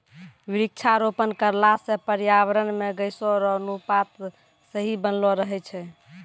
वृक्षारोपण करला से पर्यावरण मे गैसो रो अनुपात सही बनलो रहै छै